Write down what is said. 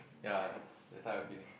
ya the time I feeling